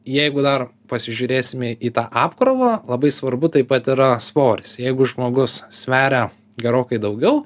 jeigu dar pasižiūrėsime į į tą apkrovą labai svarbu taip pat yra svoris jeigu žmogus sveria gerokai daugiau